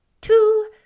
two